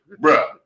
Bruh